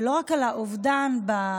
ולא רק על האובדן בחיבור